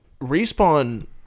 Respawn